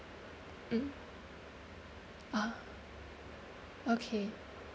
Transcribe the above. mm ah okay